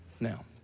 Now